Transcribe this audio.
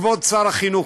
כבוד שר החינוך,